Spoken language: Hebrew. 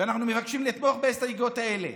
ואנחנו מבקשים לתמוך בהסתייגויות האלה.